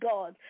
God